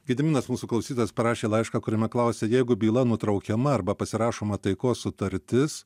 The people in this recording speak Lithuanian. gediminas mūsų klausytojas parašė laišką kuriame klausia jeigu byla nutraukiama arba pasirašoma taikos sutartis